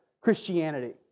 Christianity